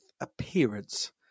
appearance